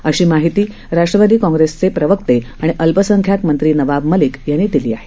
अशी माहिती राष्ट्रवादी काँग्रेसचे राष्ट्रीय प्रवक्ते आणि अल्पसंख्याक मंत्री नवाब मलिक यांनी दिली आहे